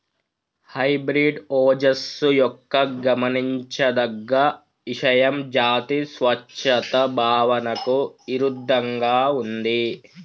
hybrid ఓజస్సు యొక్క గమనించదగ్గ ఇషయం జాతి స్వచ్ఛత భావనకు ఇరుద్దంగా ఉంది